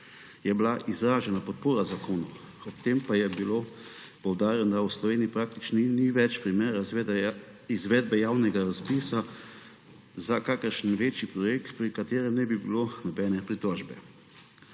je bila izražena podpora zakonu. Ob tem pa je bilo poudarjeno, da v Sloveniji praktično ni več primera izvedbe javnega razpisa za kakšen večji projekt, pri katerem ne bi bilo nobene pritožbe.